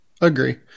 Agree